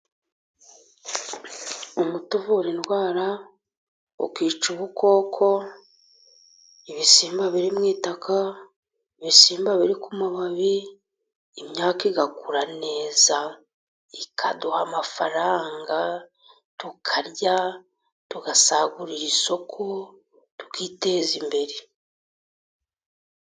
Umuti uvura indwara ukica ubukoko, ibisimba biri mu itaka, ibisimba biri ku mababi, imyaka igakura neza, ikaduha amafaranga. tukarya tugasagurira isoko, tukiteza imbere.